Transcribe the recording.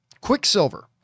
Quicksilver